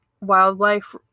wildlife